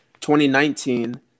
2019